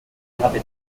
hatte